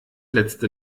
letzte